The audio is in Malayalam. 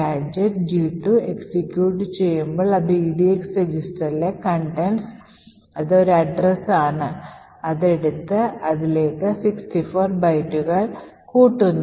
ഗാഡ്ജെറ്റ് G2 എക്സിക്യൂട്ട് ചെയ്യുമ്പോൾ അത് edx രജിസ്റ്ററിലെ contents അത് ഒരു address ആണ് എടുത്ത് അതിലേക്ക് 64 ബൈറ്റുകൾ കൂട്ടുന്നു